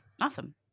Awesome